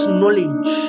knowledge